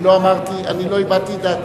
אני לא אמרתי, אני לא הבעתי את דעתי.